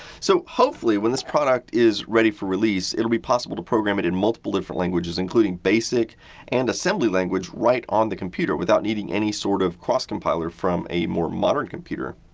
so, hopefully when this product is ready for release, it will be possible to program it in multiple different languages, including basic and assembly language right on the computer without needing any sort of cross-compiler from a more modern computer.